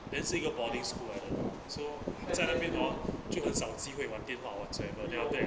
then 是一个 boarding school 来的 mah so 在那边 hor 就很少机会玩电话 whatsoever then after that